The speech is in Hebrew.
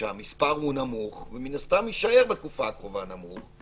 כאשר המספר הוא נמוך ומן הסתם יישאר בתקופה הקרובה נמוך,